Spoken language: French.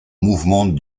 mouvement